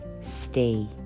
stay